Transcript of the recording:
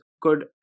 good